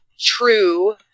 true